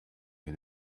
had